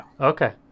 Okay